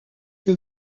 que